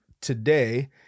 today